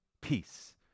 peace